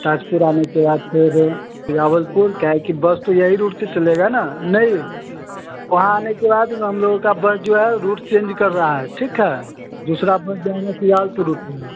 ताजपुर आने के बाद फिर सुजावलपुर क्या है कि बस तो यही रूट से चलेगी ना नहीं वहाँ आने के बाद हम लोगों बस जो है रूट चेंज कर रही है ठीक है दूसरी बस जाएगी सुजावलपुर की रूट में